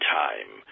time